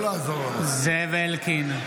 זאב אלקין,